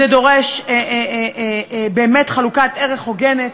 זה דורש באמת חלוקת ערך הוגנת,